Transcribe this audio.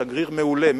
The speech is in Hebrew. באמת שגריר מעולה,